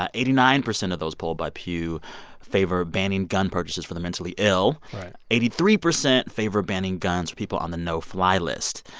ah eighty-nine percent of those polled by pew favor banning gun purchases for the mentally ill right eighty-three percent favor banning guns from people on the no-fly list.